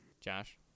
Josh